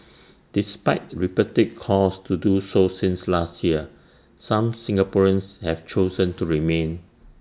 despite repeated calls to do so since last year some Singaporeans have chosen to remain